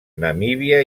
namíbia